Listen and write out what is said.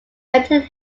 magnetite